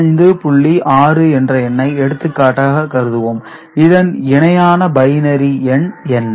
6 என்ற எண்ணை எடுத்துக்காட்டாக கருதுவோம் இதன் இணையான பைனரி எண் என்ன